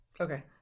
Okay